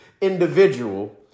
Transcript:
individual